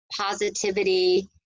positivity